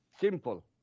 Simple